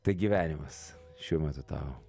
tai gyvenimas šiuo metu tau